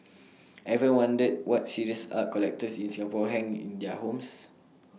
ever wondered what serious art collectors in Singapore hang in their homes